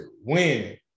win